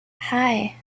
hey